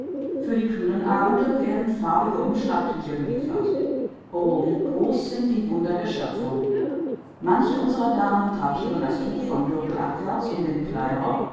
für die kühlen abende werden farbige umschlagtücher geliefert oh wie groß sind die wunder der schöpfung manche unserer damen drapieren das tuch vom gürtel abwärts um den